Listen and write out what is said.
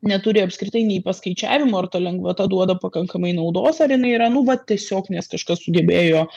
neturi apskritai nei paskaičiavimų ar ta lengvata duoda pakankamai naudos ar jinai yra nu va tiesiog nes kažkas sugebėjo